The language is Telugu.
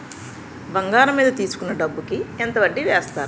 బంగారం మీద తీసుకున్న డబ్బు కి ఎంత వడ్డీ వేస్తారు?